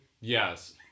Yes